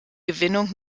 gewinnung